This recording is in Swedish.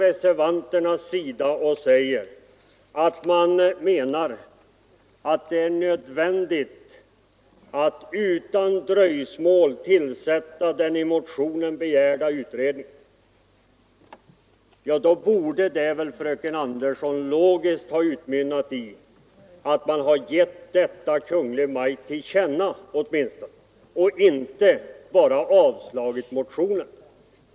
Reservanterna säger att de anser det nödvändigt att utan dröjsmål tillsätta den i motionen begärda utredningen. Reservationen borde väl då logiskt sett, fröken Andersson, ha utmynnat i att man åtminstone givit Kungl. Maj:t detta till känna och inte bara avstyrkt motionen.